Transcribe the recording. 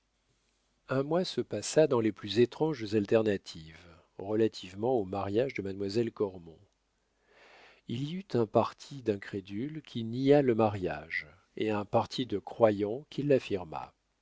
un mois se passa dans les plus étranges alternatives relativement au mariage de mademoiselle cormon il y eut un parti d'incrédules qui nia le mariage et un parti de croyants qui